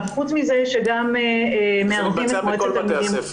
בנוסף, מערבים גם את מועצת התלמידים.